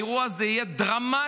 האירוע הזה יהיה דרמטי,